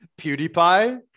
PewDiePie